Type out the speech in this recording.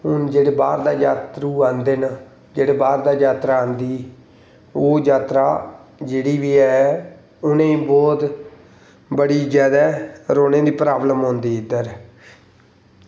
हून जेह्ड़े बाह्र दा जेत्तरू आंदे न जेह्ड़े बाह्र दा जात्तरा आंदी ओह् जात्तरा जेह्ड़ी बी ऐ उ'नें बौह्त बड़ी जगह रौह्ने दा प्राब्लम आंदी इद्धर